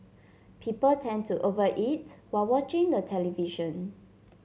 people tend to over eat while watching the television